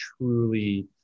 truly